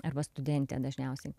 arba studentė dažniausiai